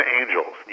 angels